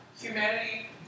Humanity